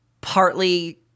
partly